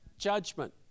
judgment